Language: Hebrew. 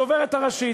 הדוברת הראשית.